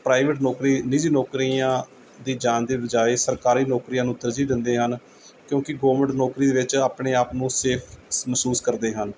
private ਨੌਕਰੀ ਨਿੱਜੀ ਨੌਕਰੀਆਂ ਦੀ ਜਾਣ ਦੀ ਬਜਾਏ ਸਰਕਾਰੀ ਨੌਕਰੀਆਂ ਨੂੰ ਤਰਜੀਹ ਦਿੰਦੇ ਹਨ ਕਿਉਂਕਿ ਗੌਰਮੈਂਟ ਨੌਕਰੀ ਦੇ ਵਿੱਚ ਆਪਣੇ ਆਪ ਨੂੰ ਸੇਫ ਮਹਿਸੂਸ ਕਰਦੇ ਹਨ